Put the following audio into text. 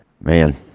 Man